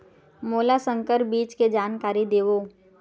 मोला संकर बीज के जानकारी देवो?